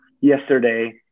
yesterday